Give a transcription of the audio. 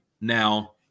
now